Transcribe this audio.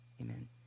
Amen